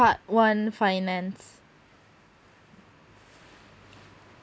part one finance